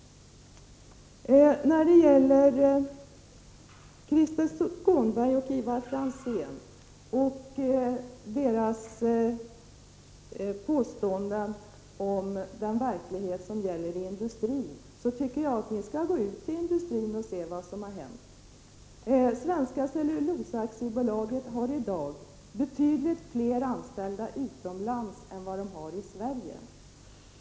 När det gäller Krister Skånberg och Ivar Franzén och deras påståenden om den verklighet som gäller i industrin tycker jag att ni skall gå ut i industrin och se vad som hänt. Svenska Cellulosa AB har i dag betydligt fler anställda utomlands än vad bolaget har i Sverige.